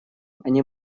они